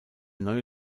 neue